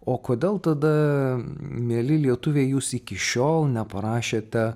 o kodėl tada mieli lietuviai jūs iki šiol neparašėte